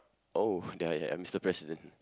oh ya ya mister president